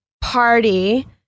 party